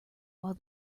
while